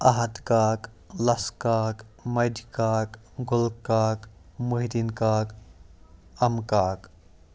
احد کاک لسہٕ کاک مجہٕ کاک گُلہٕ کاک محدیٖن کاک اَمہٕ کاک